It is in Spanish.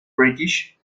british